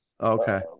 Okay